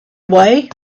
away